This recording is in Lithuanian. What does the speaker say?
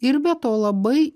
ir beto labai